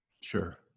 sure